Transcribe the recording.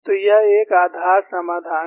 तो यह एक आधार समाधान है